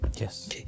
Yes